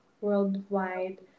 worldwide